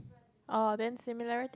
orh then similarity